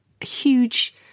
huge